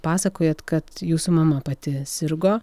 pasakojot kad jūsų mama pati sirgo